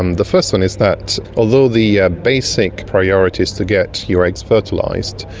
um the first one is that although the ah basic priority is to get your eggs fertilised,